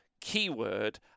keyword